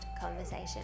conversation